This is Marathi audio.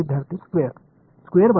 विद्यार्थीः स्क्वेअर